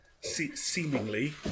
seemingly